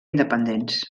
independents